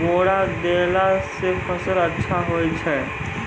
बोरा देला से फ़सल अच्छा होय छै?